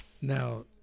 Now